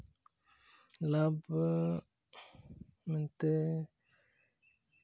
ᱞᱟᱵᱷ ᱢᱮᱱᱛᱮ